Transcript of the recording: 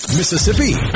Mississippi